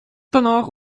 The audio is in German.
danach